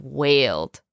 wailed